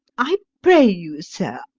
i pray you, sir,